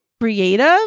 creative